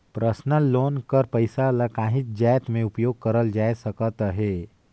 personal loan कर पइसा ल काहींच जाएत में उपयोग करल जाए सकत अहे